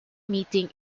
meeting